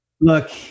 look